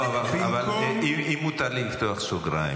לא, אבל אם מותר לי לפתוח סוגריים,